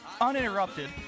uninterrupted